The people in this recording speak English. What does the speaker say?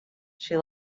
she